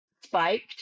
spiked